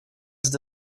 zde